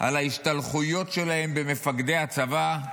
את ההשתלחויות שלהם במפקדי הצבא,